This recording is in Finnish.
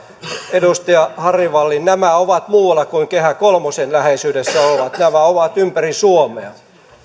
edustaja harry wallin nämä ovat muualla kuin kehä kolmosen läheisyydessä olevat nämä ovat ympäri suomea